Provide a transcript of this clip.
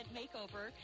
makeover